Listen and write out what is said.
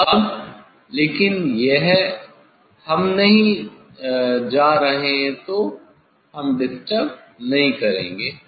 अब लेकिन यह हम नहीं जा रहे हैं तो हम डिस्टर्ब नहीं करेंगे